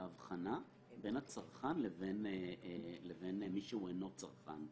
ההבחנה בין הצרכן למי שהוא אינו צרכן.